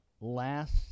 last